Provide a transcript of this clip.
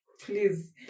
Please